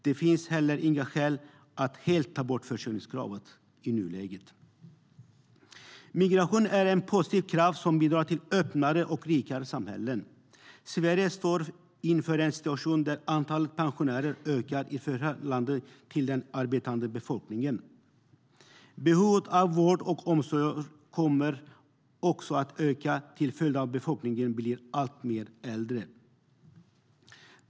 Det finns heller inga skäl att i nuläget helt ta bort försörjningskravet. Migration är en positiv kraft som bidrar till öppnare och rikare samhällen. Sverige står inför en situation där antalet pensionärer ökar i förhållande till den arbetande befolkningen. Behovet av vård och omsorg kommer också att öka till följd av att befolkningen blir allt äldre.